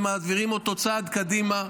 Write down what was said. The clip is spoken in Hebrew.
ומעבירים אותו צעד קדימה.